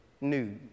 news